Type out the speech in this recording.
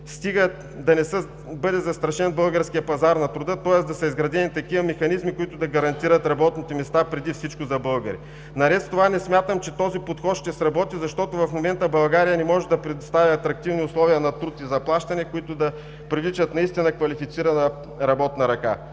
стига да не бъде застрашен българският пазар на труда, тоест да са изградени такива механизми, които да гарантират работните места преди всичко за българи. Наред с това не смятам, че този подход ще сработи, защото в момента България не може да предоставя атрактивни условия на труд и заплащане, които да привличат наистина квалифицирана работна ръка.